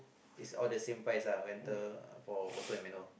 is all the same price uh rental for auto and manual